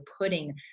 putting